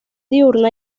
diurna